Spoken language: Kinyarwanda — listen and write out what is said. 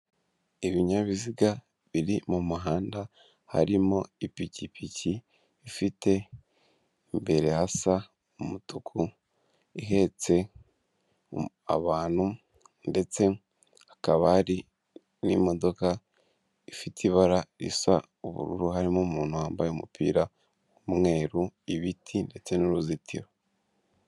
Ibinyabiziga biri mu muhanda harimo ipikipiki ifite imbere hasa umutuku, ihetse abantu ndetse hakaba hari n'imodoka ifite ibara risa ubururu, harimo umuntu wambaye umupira w'umweru, ibiti ndetse n'uruzitiro.